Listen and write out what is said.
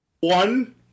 One